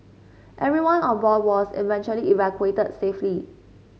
everyone on board was eventually evacuated safely